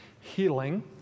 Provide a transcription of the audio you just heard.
healing